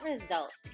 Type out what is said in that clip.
results